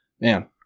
man